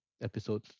episode